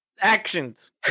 actions